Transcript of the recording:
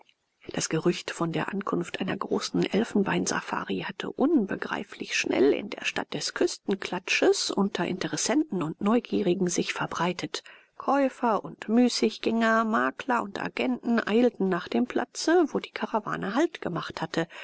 das gerücht von der ankunft einer großen elfenbeinsafari hatte unbegreiflich schnell in der stadt des küstenklatsches unter interessenten und neugierigen sich verbreitet käufer und müßiggänger makler und agenten eilten nach dem platze wo die karawane halt gemacht hatte